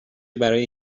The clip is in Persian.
برای